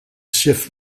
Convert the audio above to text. shift